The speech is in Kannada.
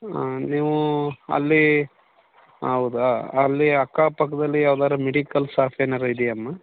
ಹಾಂ ನೀವು ಅಲ್ಲಿ ಹೌದಾ ಅಲ್ಲಿ ಅಕ್ಕಪಕ್ಕದಲ್ಲಿ ಯಾವ್ದಾದ್ರು ಮೆಡಿಕಲ್ ಶಾಪ್ ಏನಾದ್ರು ಇದೆಯಾಮ್ಮ